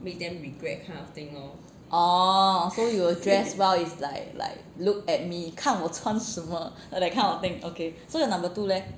orh so you will dress well it's like like look at me 看我穿什么 that kind of thing okay so your number two leh